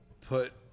put